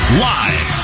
live